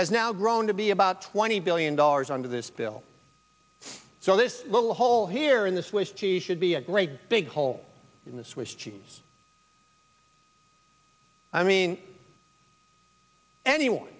has now grown to be about twenty billion dollars under this bill so this little hole here in the swiss cheese should be a great big hole in the swiss cheese i mean anyone